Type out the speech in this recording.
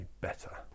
better